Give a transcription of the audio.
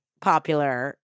popular